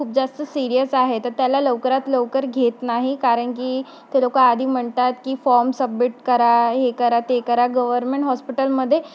खूप जास्त सिरियस आहे तर त्याला लवकरात लवकर घेत नाही कारण की ते लोक आधी म्हणतात की फॉर्म सबमिट करा हे करा ते करा गव्हर्मेंट हॉस्पिटलमध्ये